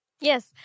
yes